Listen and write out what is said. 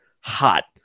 hot